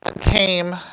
Came